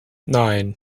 nine